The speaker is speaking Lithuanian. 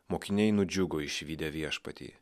mokiniai nudžiugo išvydę viešpatį